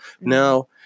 Now